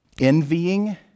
envying